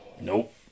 Nope